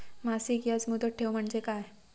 मासिक याज मुदत ठेव म्हणजे काय?